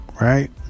right